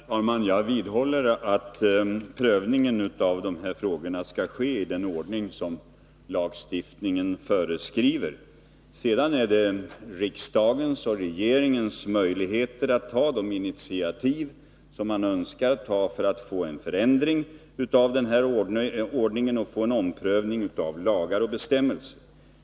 Herr talman! Jag vidhåller ett prövningen av dessa frågor skall ske i den ordning som lagstiftningen föreskriver. Sedan har riksdagen och regeringen möjligheter att ta de initiativ som man önskar ta för att få en förändring av denna ordning och få en omprövning av lagar och bestämmelser.